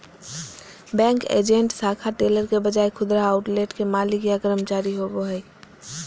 bank agent शाखा teller के बजाय खुदरा आउटलेट के मालिक या कर्मचारी होवो हइ